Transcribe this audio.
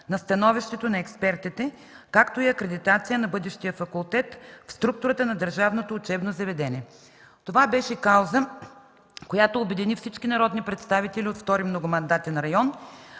на становището на експертите, както и акредитация на бъдещия факултет в структурата на държавното учебно заведение. Това беше кауза, която обедини всички народни представители от Втори многомандатен